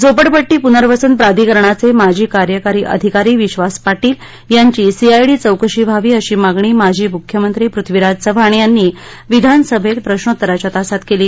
झोपडपट्टी पुनर्वसन प्राधिकरणाचे माजी कार्यकारी अधिकारी विश्वास पाटील यांची सीआयडी चौकशी व्हावी अशी मागणी माजी मुख्यमंत्री पृथ्वीराज चव्हाण यांनी विधानसभेत प्रश्नोत्तराच्या तासात केली